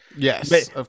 Yes